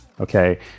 Okay